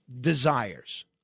desires